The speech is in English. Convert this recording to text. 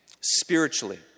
spiritually